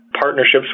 partnerships